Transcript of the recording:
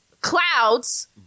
clouds